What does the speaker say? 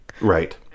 Right